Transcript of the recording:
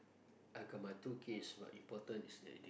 I got my two kids but important is their edu~